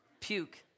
Puke